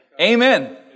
Amen